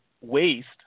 waste